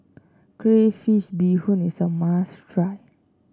Crayfish Beehoon is a must try